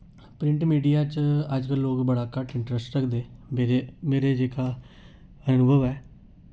print media च अजकल लोक बड़ा घट्ट इंटरैस्ट रखदे मेरे मेरे जेह्का अनुभव ऐ